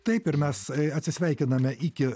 taip ir mes atsisveikiname iki